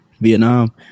Vietnam